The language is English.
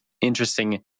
interesting